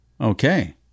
Okay